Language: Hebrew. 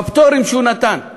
בפטורים שהוא נתן.